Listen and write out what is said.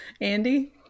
Andy